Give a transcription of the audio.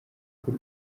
bw’u